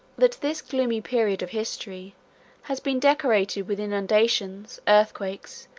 that this gloomy period of history has been decorated with inundations, earthquakes,